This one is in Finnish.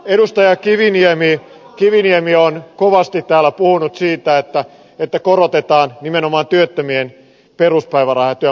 edustaja kiviniemi on kovasti täällä puhunut siitä että korotetaan nimenomaan työttömien peruspäivärahaa ja työmarkkinatukea